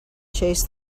chased